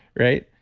right?